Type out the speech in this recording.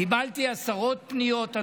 קיבלתי עשרות פניות,